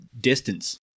distance